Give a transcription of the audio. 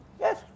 yes